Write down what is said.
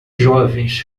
jovens